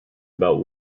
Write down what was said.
about